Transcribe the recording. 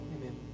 amen